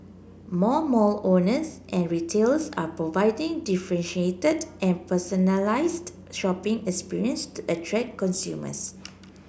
more mall owners and retailers are providing differentiated and personalised shopping experience to attract consumers